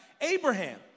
Abraham